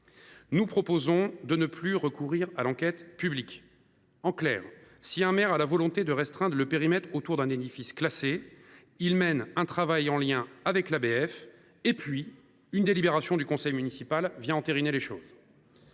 Nous proposons donc de ne plus recourir à l’enquête publique. En clair, si un maire souhaite restreindre le périmètre autour d’un édifice classé, il mène un travail en lien avec l’ABF ; puis une délibération du conseil municipal entérine cette